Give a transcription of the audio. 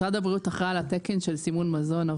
משרד הבריאות אחראי על התקן של סימון מזון,